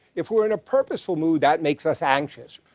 if we're in a purposeful mood, that makes us anxious.